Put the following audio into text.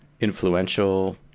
influential